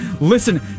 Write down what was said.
Listen